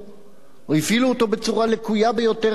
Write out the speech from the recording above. או הפעילו אותו בצורה לקויה ביותר וחלקית.